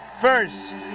first